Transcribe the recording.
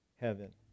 heaven